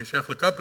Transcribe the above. אני שייך ל"קפלן"